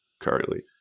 currently